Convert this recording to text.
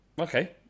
Okay